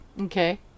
Okay